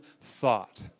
thought